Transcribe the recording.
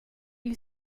you